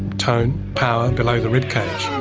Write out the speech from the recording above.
tone, power below the rib cage.